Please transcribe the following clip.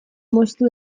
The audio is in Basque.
moztu